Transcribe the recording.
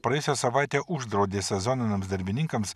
praėjusią savaitę uždraudė sezoniniams darbininkams